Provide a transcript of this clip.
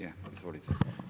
Je, izvolite.